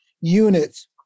units